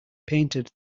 painted